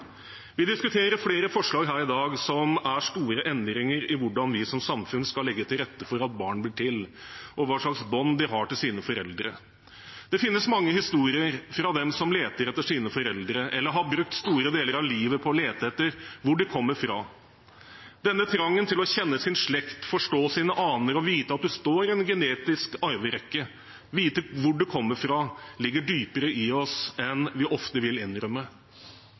Vi diskuterer flere forslag her i dag som er store endringer i hvordan vi som samfunn skal legge til rette for at barn blir til, og hva slags bånd de har til sine foreldre. Det finnes mange historier fra dem som leter etter sine foreldre eller har brukt store deler av livet på å lete etter hvor de kommer fra. Denne trangen til å kjenne sin slekt, forstå sine aner og vite at en står i en genetisk arverekke, vite hvor en kommer fra, ligger dypere i oss enn vi ofte vil innrømme.